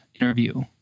interview